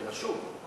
אני רשום.